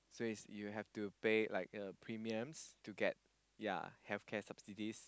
so is you have to pay like a premiums to get ya healthcare subsidies